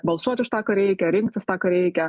balsuoti už tą ką reikia rinktis tą ką reikia